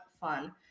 fun